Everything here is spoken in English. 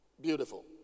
Beautiful